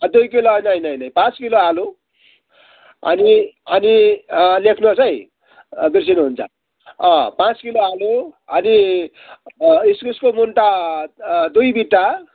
अँ दुई किलो होइन होइन होइन पाँच किलो आलु अनि अनि लेख्नुहोस् है बिर्सिनुहुन्छ अँ पाँच किलो आलु अनि इस्कुसको मुन्टा दुई बिटा